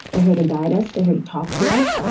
they're here to guide us they're here to talk to us.